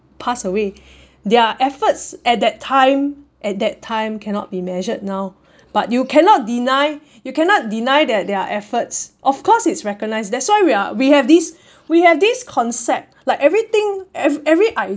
pass away their efforts at that time at that time cannot be measured now but you cannot deny you cannot deny that their efforts of course it's recognise that's why we are we have these we have this concept like everything ev~ every i~